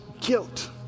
guilt